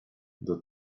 the